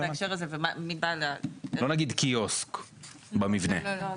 נגיד, הקיוסק במבנה?